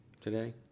today